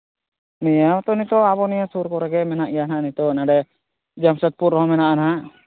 ᱱᱤᱭᱟᱹ ᱦᱚᱛᱚ ᱱᱤᱛᱚᱜ ᱟᱵᱚ ᱱᱤᱭᱟᱹ ᱥᱩᱨ ᱠᱚᱨᱮᱜ ᱜᱮ ᱢᱮᱱᱟᱜ ᱜᱮᱭᱟ ᱱᱟᱜ ᱱᱤᱛᱚᱜ ᱱᱚᱰᱮ ᱡᱟᱢᱥᱮᱫᱽᱯᱩᱨ ᱨᱮ ᱦᱚᱸ ᱢᱮᱱᱟᱜᱼᱟ ᱱᱟᱜ